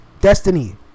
Destiny